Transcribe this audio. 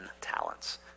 talents